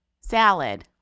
Salad